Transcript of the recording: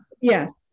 Yes